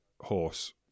horse